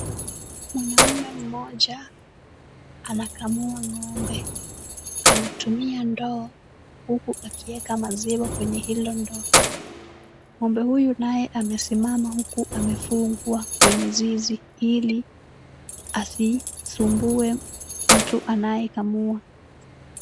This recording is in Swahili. Mwanaume mmoja anakamua ng'ombe. Anatumia ndoo huku akiweka maziwa kwenye hilo ndoo. Ng'ombe huyu naye amesimama huku amefungwa kwenye zizi, ili asisumbue mtu anayekamua.